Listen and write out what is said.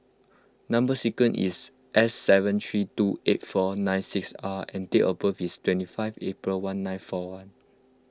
Number Sequence is S seven three two eight four nine six R and date of birth is twenty five April one nine four one